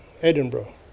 Edinburgh